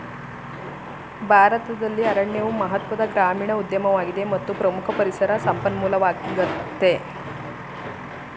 ಭಾರತದಲ್ಲಿ ಅರಣ್ಯವು ಮಹತ್ವದ ಗ್ರಾಮೀಣ ಉದ್ಯಮವಾಗಿದೆ ಮತ್ತು ಪ್ರಮುಖ ಪರಿಸರ ಸಂಪನ್ಮೂಲವಾಗಯ್ತೆ